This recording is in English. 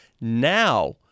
now